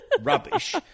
rubbish